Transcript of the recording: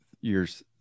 years